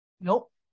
Nope